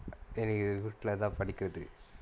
எனக்கு வீட்லதான் படிக்கறது:enakku veetlathaan padikkirathu